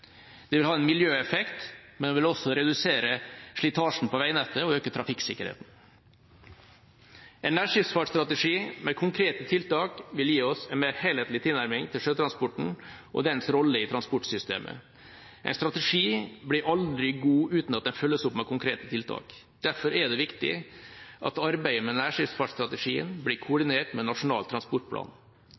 Det vil ha en miljøeffekt, men det vil også redusere slitasjen på veinettet og øke trafikksikkerheten. En nærskipsfartsstrategi med konkrete tiltak vil gi oss en mer helhetlig tilnærming til sjøtransporten og dens rolle i transportsystemet. En strategi blir aldri god uten at den følges opp med konkrete tiltak. Derfor er det viktig at arbeidet med nærskipsfartsstrategien blir koordinert med Nasjonal transportplan.